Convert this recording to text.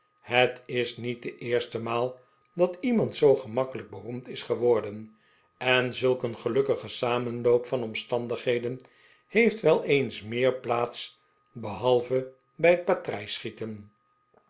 het is niet de eerste maal dat iemand zoo gemakkelijk beroemd is gewordeii en zulk een gelukkige samenloop van omstandigheden heeft wel eens meer plaats behalve bij